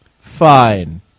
Fine